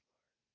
Lord